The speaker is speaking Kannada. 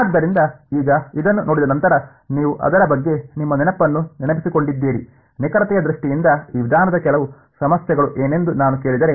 ಆದ್ದರಿಂದ ಈಗ ಇದನ್ನು ನೋಡಿದ ನಂತರ ನೀವು ಅದರ ಬಗ್ಗೆ ನಿಮ್ಮ ನೆನಪನ್ನು ನೆನಪಿಸಿಕೊಂಡಿದ್ದೀರಿ ನಿಖರತೆಯ ದೃಷ್ಟಿಯಿಂದ ಈ ವಿಧಾನದ ಕೆಲವು ಸಮಸ್ಯೆಗಳು ಏನೆಂದು ನಾನು ಕೇಳಿದರೆ